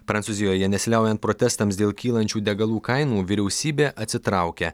prancūzijoje nesiliaujant protestams dėl kylančių degalų kainų vyriausybė atsitraukia